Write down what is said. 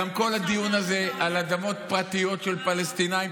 גם כל הדיון הזה על אדמות פרטיות של פלסטינים,